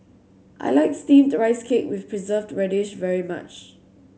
I like Steamed Rice Cake with Preserved Radish very much